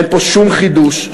אין פה שום חידוש,